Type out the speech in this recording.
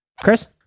Chris